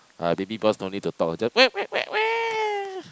uh Baby-Boss don't need to talk just